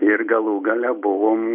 ir galų gale buvom